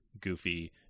goofy